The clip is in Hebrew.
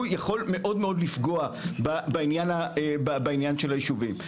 יכול מאוד מאוד לפגוע בעניין של הישובים.